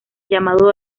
llamado